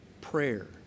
prayer